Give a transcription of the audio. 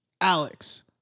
Alex